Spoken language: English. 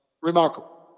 Remarkable